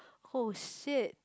!oh shit!